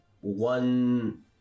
one